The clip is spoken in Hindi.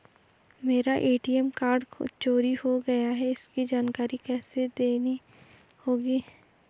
मेरा ए.टी.एम कार्ड चोरी हो गया है इसकी जानकारी किसे देनी होगी?